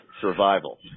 survival